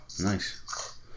Nice